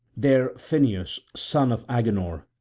there phineus, son of agenor,